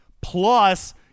plus